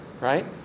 Right